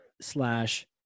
slash